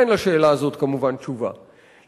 אין על השאלה הזאת תשובה, כמובן.